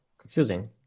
confusing